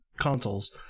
consoles